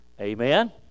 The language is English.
amen